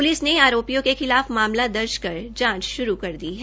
police ने आरोपयिों के खिलाफ मामला दर्ज कर जांच श्रू कर दी है